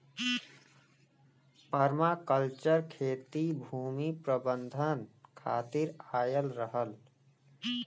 permaculture खेती भूमि प्रबंधन खातिर आयल रहल